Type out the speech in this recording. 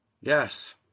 Yes